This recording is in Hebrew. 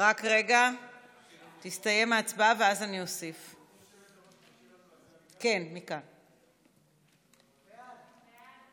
ההצעה להעביר את הצעת חוק ההוצאה לפועל (נגיף הקורונה החדש,